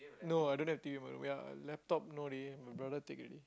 no I don't have t_v by the way ah laptop no leh my brother take already